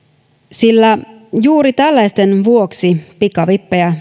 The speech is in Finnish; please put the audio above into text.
sillä juuri tällaisten vuoksi pikavippejä